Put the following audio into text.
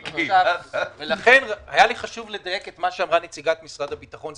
לכן היה לי חשוב לדייק את מה שאמרה נציגת משרד הביטחון.